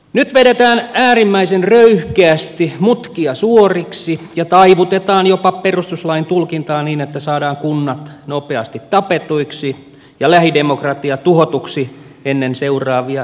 nyt vedetään äärimmäisen röyhkeästi mutkia suoriksi ja taivutetaan jopa perustuslain tulkintaa niin että saadaan kunnat nopeasti tapetuiksi ja lähidemokratia tuhotuksi ennen seuraavia eduskuntavaaleja